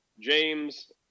James